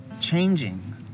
changing